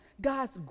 God's